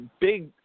big